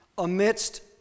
amidst